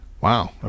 wow